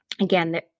Again